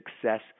success